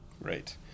Right